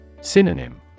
Synonym